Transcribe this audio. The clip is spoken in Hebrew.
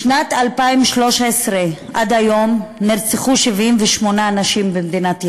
משנת 2013 עד היום נרצחו 78 נשים במדינת ישראל.